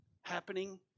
happening